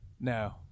No